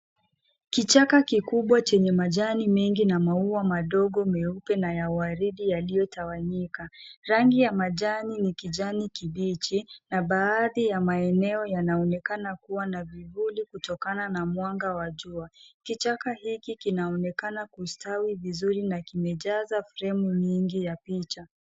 Kichaka kikubwa chenye majani mengi na maua madogo meupe na ya waridi yaliyotawanyika. Rangi ya majani ni kijani kibichi na baadhi ya maeneo yanaonekana kuwa na vivuli kutokana na mwanga wa jua. Kichaka hiki kinaonekana kustawi vizuri na kimejaza fremu nyingi ya picha.